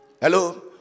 Hello